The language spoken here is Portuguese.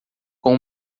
com